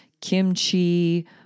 kimchi